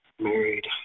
married